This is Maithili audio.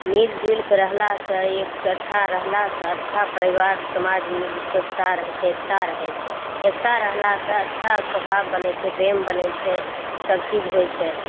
मिलिजुलिके रहलासे एकट्ठा रहलासे अच्छा परिवार समाज मिलिके एकता रहै छै एकता रहै छै एकता रहलासे अच्छा स्वभाव बनै छै प्रेम बनै छै सबचीज होइ छै